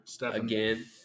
Again